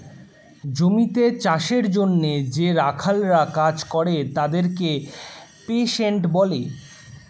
জমিতে চাষের জন্যে যে রাখালরা কাজ করে তাদেরকে পেস্যান্ট বলে